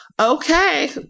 Okay